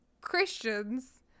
Christians